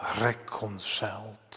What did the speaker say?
Reconciled